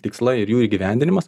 tikslai ir jų įgyvendinimas